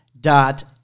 dot